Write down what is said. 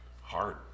hard